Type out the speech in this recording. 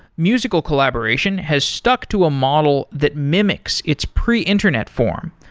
musical collaboration has stuck to a model that mimics its pre-internet form,